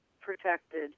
protected